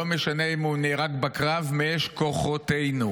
משנה אם הוא נהרג בקרב מאש כוחותינו.